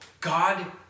God